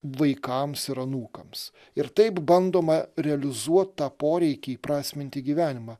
vaikams ir anūkams ir taip bandoma realizuot tą poreikį įprasminti gyvenimą